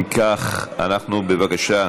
אם כך, אנחנו, בבקשה,